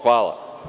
Hvala.